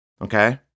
Okay